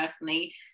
personally